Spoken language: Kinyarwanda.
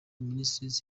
ministries